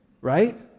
right